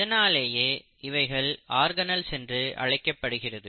இதனாலேயே இவைகள் ஆர்கனல்ஸ் என்று அழைக்கப்படுகிறது